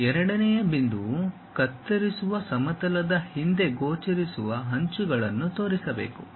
ಎರಡನೆಯ ಬಿಂದುವು ಕತ್ತರಿಸುವ ಸಮತಲದ ಹಿಂದೆ ಗೋಚರಿಸುವ ಅಂಚುಗಳನ್ನು ತೋರಿಸಬೇಕು